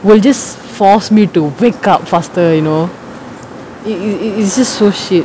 well just force me to wake up faster you know you you you it's just so shit